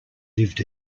lived